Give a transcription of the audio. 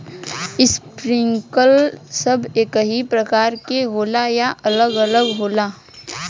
Sprinkler सब एकही प्रकार के होला या अलग अलग होला?